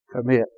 commit